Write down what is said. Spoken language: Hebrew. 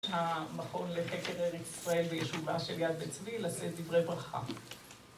המכון לחקר ארץ ישראל בישובה של יד בן צבי, לשאת דברי ברכה.